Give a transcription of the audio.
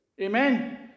Amen